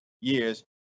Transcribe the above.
years